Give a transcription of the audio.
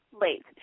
late